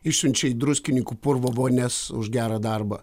išsiunčia į druskininkų purvo vonias už gerą darbą